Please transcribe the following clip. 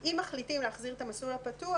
אם מחליטים להחזיר את המסלול הפתוח,